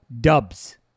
Dubs